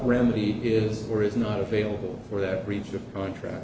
remedy is or is not available for that breach of contract